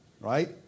right